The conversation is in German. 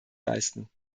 leisten